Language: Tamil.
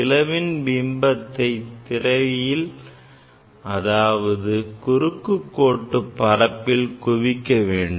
பிளவின் பிம்பத்தை திரையில் அதாவது குறுக்கு கோட்டு பரப்பில் குவிக்க வேண்டும்